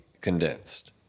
condensed